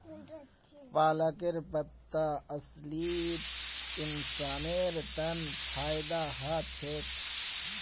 पालकेर पत्ता असलित इंसानेर तन फायदा ह छेक